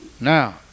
now